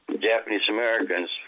Japanese-Americans